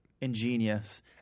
ingenious